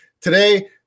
Today